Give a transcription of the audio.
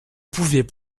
pouvait